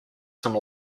some